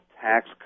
tax